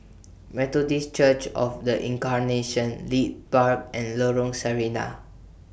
Methodist Church of The Incarnation Leith Park and Lorong Sarina